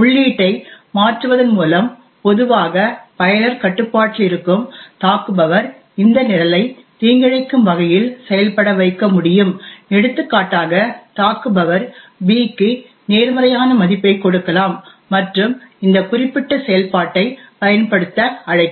உள்ளீட்டை மாற்றுவதன் மூலம் பொதுவாக பயனர் கட்டுப்பாட்டில் இருக்கும் தாக்குபவர் இந்த நிரலை தீங்கிழைக்கும் வகையில் செயல்பட வைக்க முடியும் எடுத்துக்காட்டாக தாக்குபவர் b க்கு நேர்மறையான மதிப்பைக் கொடுக்கலாம் மற்றும் இந்த குறிப்பிட்ட செயல்பாட்டைப் பயன்படுத்த அழைக்கும்